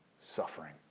suffering